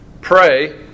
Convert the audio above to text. Pray